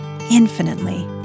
infinitely